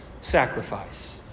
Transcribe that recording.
sacrifice